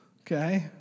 Okay